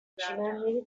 tell